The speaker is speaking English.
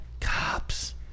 cops